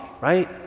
right